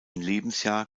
lebensjahr